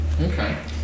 Okay